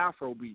afrobeat